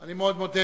אני מאוד מודה.